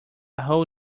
whole